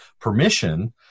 permission